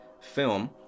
film